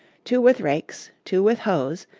two with rakes, two with hoes,